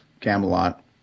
Camelot